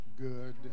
good